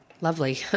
lovely